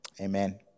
Amen